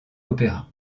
opéra